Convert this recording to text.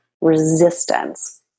resistance